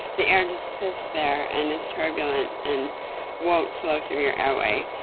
the air just sit there and is turbulent and won't flow through your airway,